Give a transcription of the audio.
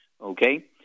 okay